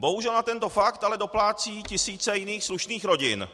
Bohužel na tento fakt doplácejí tisíce jiných slušných rodin.